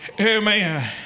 Amen